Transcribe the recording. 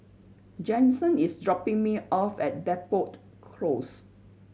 Jensen is dropping me off at Depot Close